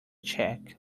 check